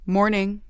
Morning